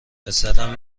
پسرم